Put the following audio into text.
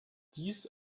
dies